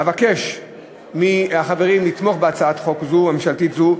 אבקש מהחברים לתמוך בהצעת חוק ממשלתית זו.